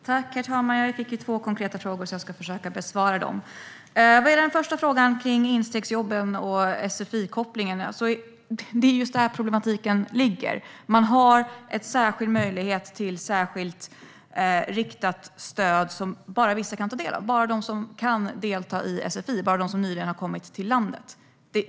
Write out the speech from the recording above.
Herr talman! Jag fick två konkreta frågor som jag ska försöka besvara. Vad gäller den första frågan om instegsjobben och sfi-kopplingen är det just det som är problemet, det vill säga att det finns en särskild möjlighet till särskilt riktat stöd som bara vissa kan ta del av - bara de som kan delta i sfi, alltså bara de som nyligen har kommit till landet.